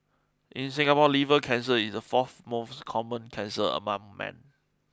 in Singapore liver cancer is the fourth most common cancer among men